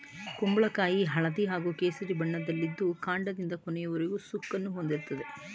ಕುಂಬಳಕಾಯಿ ಹಳದಿ ಹಾಗೂ ಕೇಸರಿ ಬಣ್ಣದಲ್ಲಿದ್ದು ಕಾಂಡದಿಂದ ಕೊನೆಯವರೆಗೂ ಸುಕ್ಕನ್ನು ಹೊಂದಿರ್ತದೆ